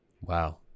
Wow